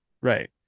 Right